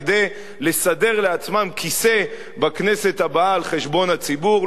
כדי לסדר לעצמם כיסא בכנסת הבאה על חשבון הציבור,